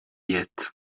yet